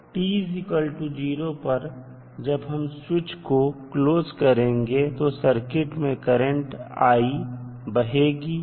t0 पर जब हम स्विच को क्लोज करेंगे तो सर्किट में करंट i बहेगी